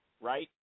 right